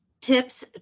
tips